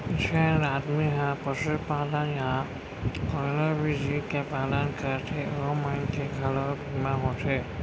जेन आदमी ह पसुपालन या कोनों भी जीव के पालन करथे ओ मन के घलौ बीमा होथे